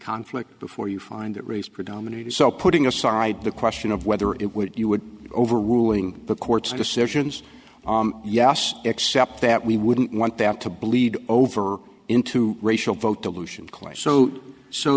conflict before you find that race predominated so putting aside the question of whether it would you would overruling the court's decisions yes except that we wouldn't want that to bleed over into racial vote dilution claims so so